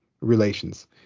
relations